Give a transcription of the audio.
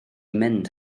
mynd